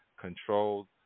controlled